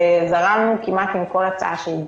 שזרמנו כמעט עם כל הצעה שהגיעה,